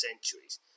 centuries